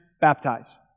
baptize